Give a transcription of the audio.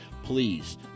please